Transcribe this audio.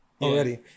already